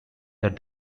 that